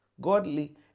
godly